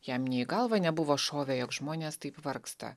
jam nė į galvą nebuvo šovę jog žmonės taip vargsta